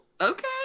okay